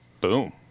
boom